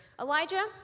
Elijah